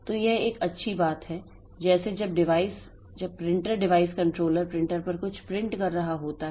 तो यह एक अच्छी बात है जैसे जब डिवाइस जब प्रिंटर डिवाइस कंट्रोलर प्रिंटर पर कुछ प्रिंट कर रहा होता है